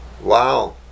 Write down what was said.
Wow